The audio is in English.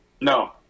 No